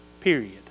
Period